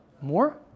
More